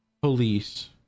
police